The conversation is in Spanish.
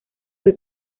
fue